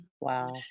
Wow